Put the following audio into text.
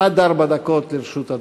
עד ארבע דקות לרשות אדוני.